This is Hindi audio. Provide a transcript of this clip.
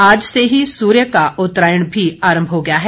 आज से ही सूर्य का उत्तरायण भी आरंभ हो गया है